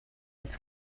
its